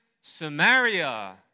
Samaria